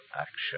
action